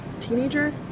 teenager